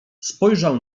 spojrzał